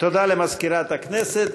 תודה למזכירת הכנסת.